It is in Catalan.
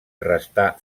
restà